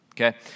Okay